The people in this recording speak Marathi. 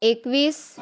एकवीस